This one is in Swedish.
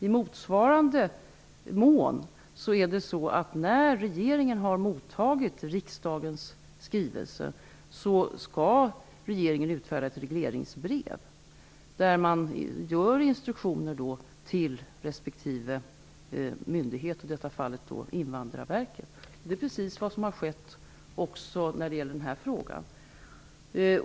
I motsvarande mån skall regeringen, efter det att man mottagit riksdagens skrivelse, utfärda ett regleringsbrev med instruktioner till respektive myndighet, i detta fall Invandrarverket. Detta är precis vad som har skett också när det gäller den här frågan.